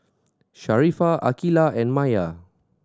Sharifah Aqilah and Maya